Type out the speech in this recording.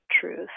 truth